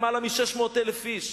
למעלה מ-600,000 איש,